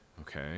okay